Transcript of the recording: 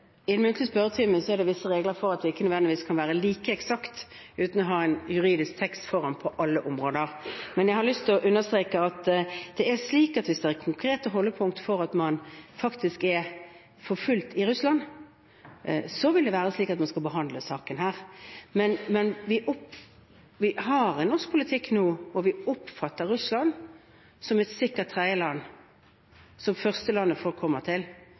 I den muntlige spørretimen er det visse regler som gjør at man nødvendigvis ikke kan være like eksakt på alle områder uten å ha en juridisk tekst foran seg. Men jeg har lyst til å understreke at hvis det er konkrete holdepunkter for at man faktisk er forfulgt i Russland, vil det være slik at man skal behandle saken her. Norsk politikk nå er at vi oppfatter Russland som et sikkert tredjeland, som det første landet folk kommer til.